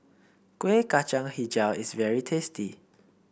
Kueh Kacang hijau is very tasty